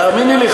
תאמיני לי,